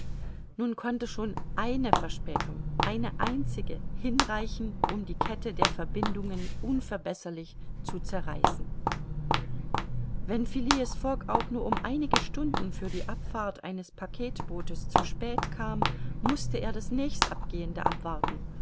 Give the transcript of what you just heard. nun konnte schon eine verspätung eine einzige hinreichen um die kette der verbindungen unverbesserlich zu zerreißen wenn phileas fogg auch nur um einige stunden für die abfahrt eines packetbootes zu spät kam mußte er das nächstabgehende abwarten